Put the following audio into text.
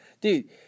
Dude